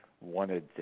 wanted